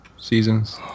Seasons